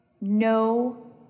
no